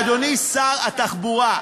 אדוני שר התחבורה,